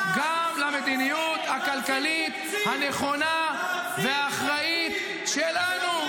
גם למדיניות הכלכלית הנכונה והאחראית שלנו.